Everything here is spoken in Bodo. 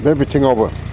बे बिथिङावबो